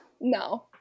No